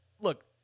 look